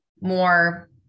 more